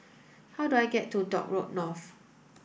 how do I get to Dock Road North